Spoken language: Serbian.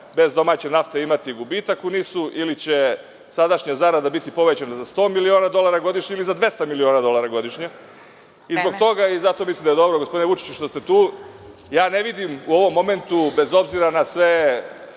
bez domaće nafte imati gubitak u NIS-u ili će sadašnja zarada biti povećana za 100 miliona dolara godišnje ili za 200 miliona dolara godišnje. Zato mislim da je dobro, gospodine Vučiću, što ste tu. U ovom momentu ne vidim, bez obzira na sve